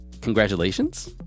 Congratulations